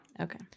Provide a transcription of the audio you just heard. Okay